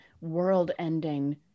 world-ending